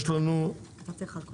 מתחילים